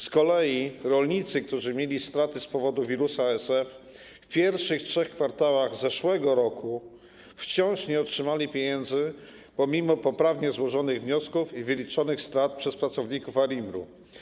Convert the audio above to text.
Z kolei rolnicy, którzy ponieśli straty z powodu wirusa ASF w pierwszych trzech kwartałach zeszłego roku, wciąż nie otrzymali pieniędzy pomimo poprawnie złożonych wniosków i wyliczonych strat przez pracowników ARiMR.